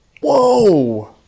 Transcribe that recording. Whoa